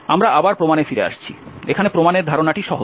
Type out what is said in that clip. আমরা আবার প্রমাণে ফিরে আসছি এখানে প্রমাণের ধারণাটি সহজ